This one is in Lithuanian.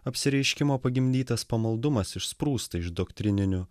apsireiškimo pagimdytas pamaldumas išsprūsta iš doktrininių